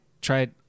tried